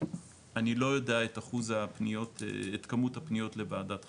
אני לא יודע את אחוז הפניות וכמות הפניות לוועדת חריגים.